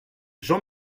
jean